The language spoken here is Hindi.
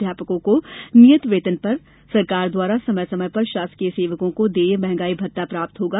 अध्यापकों को नियत वेतन पर शासन द्वारा समय समय पर शासकीय सेवकों को देय महंगाई भत्ता प्राप्त होगा